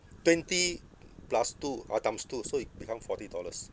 twenty plus two or times two so it become forty dollars